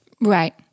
Right